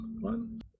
one